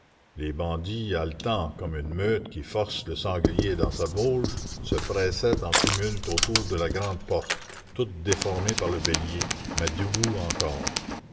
les bandits haletant comme une meute qui force le sanglier dans sa bauge se pressaient en tumulte autour de la grande porte toute déformée par le bélier mais debout encore